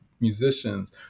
musicians